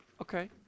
okay